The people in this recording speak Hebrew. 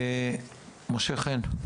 משה חן,